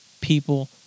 people